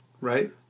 Right